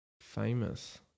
famous